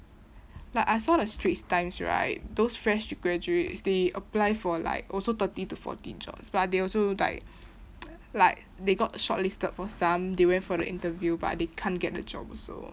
like I saw the straits times right those fresh graduates they apply for like also thirty to forty jobs but they also like like they got shortlisted for some they went for the interview but they can't get the job also